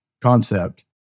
concept